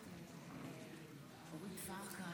23,